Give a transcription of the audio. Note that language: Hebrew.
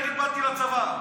תגיד: באתי לצבא.